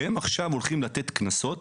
שהם עכשיו הולכים לתת קנסות